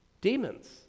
Demons